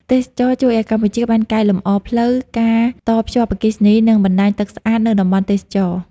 ទេសចរណ៍ជួយឲ្យកម្ពុជាបានកែលម្អផ្លូវ ការតភ្ជាប់អគ្គិសនី និងបណ្តាញទឹកស្អាតនៅតំបន់ទេសចរណ៍។